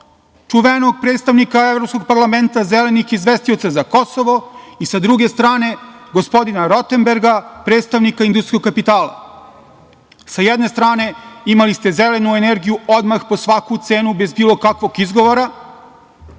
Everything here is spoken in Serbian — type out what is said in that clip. čuvenog predstavnika Evropskog parlamenta zelenih izvestioca za Kosovo i sa druge strane gospodina Rotenberga, predstavnika industrijskog kapitala. Sa jedne strane imali ste zelenu energiju odmah po svaku cenu, bez bilo kakvog izgovora.